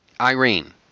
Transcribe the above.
Irene